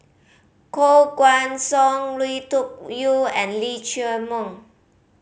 Koh Guan Song Lui Tuck Yew and Lee Chiaw Meng